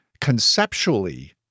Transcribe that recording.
conceptually